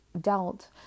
dealt